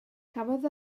cafodd